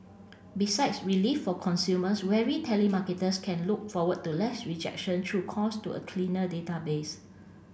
besides relief for consumers weary telemarketers can look forward to less rejection through calls to a cleaner database